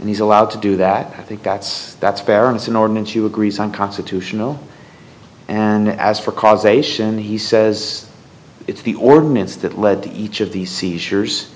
and he's allowed to do that think that's that's perilous an ordinance you agrees unconstitutional and as for causation he says it's the ordinance that led to each of these seizures